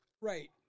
right